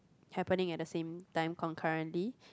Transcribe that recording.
happening at the same time concurrently